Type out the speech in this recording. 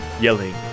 yelling